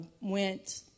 went